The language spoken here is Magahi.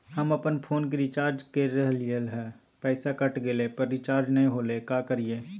हम अपन फोन के रिचार्ज के रहलिय हल, पैसा कट गेलई, पर रिचार्ज नई होलई, का करियई?